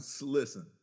Listen